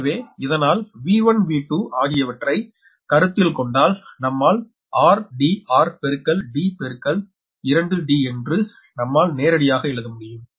எனவே இதனால் V1 V2 ஆகியவற்றை கருத்தில் கொண்டால் நம்மால் r d r பெருக்கல் d பெருக்கல் 2 d என்று நம்மால் நேரடியாக எழுத முடியும்